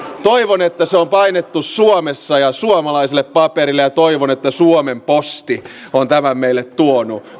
toivon että se on painettu suomessa ja suomalaiselle paperille ja toivon että suomen posti on tämän meille tuonut